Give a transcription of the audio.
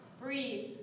Breathe